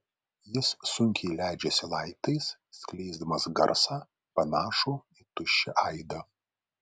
jis sunkiai leidžiasi laiptais skleisdamas garsą panašų į tuščią aidą